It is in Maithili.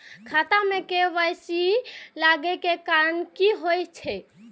खाता मे के.वाई.सी लागै के कारण की होय छै?